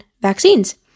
vaccines